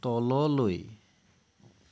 তললৈ